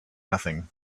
nothing